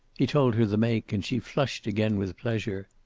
he told her the make, and she flushed again with pleasure.